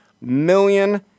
million